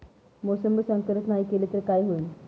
मोसंबी संकरित नाही केली तर काय होईल?